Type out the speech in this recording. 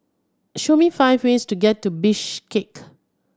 show me five ways to get to Bishkek